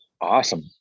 awesome